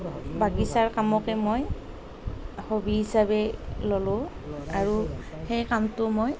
বাগিচাৰ কামকে মই হ'বি হিচাপে ল'লোঁ আৰু সেই কামটো মই